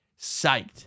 psyched